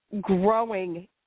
growing